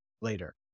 later